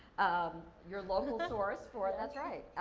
um your local source for, that's right.